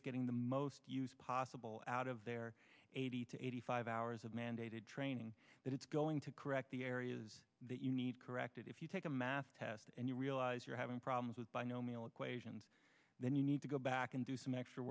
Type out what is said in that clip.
is getting the most use possible out of their eighty to eighty five hours of mandated training that it's going to correct the areas that you need corrected if you take a math test and you realize you're having problems with binomial equations then you need to go back and do some extra